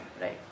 right